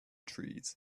trees